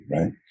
right